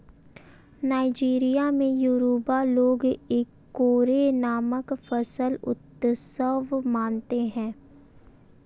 Nigeria में Yoruba लोग Ikore नामक फसल उत्सव मनाते हैं